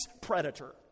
predator